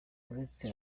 uretse